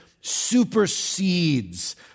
supersedes